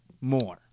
more